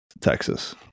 Texas